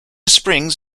springs